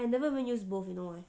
I never even use both you know why